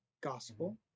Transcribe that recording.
gospel